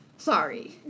Sorry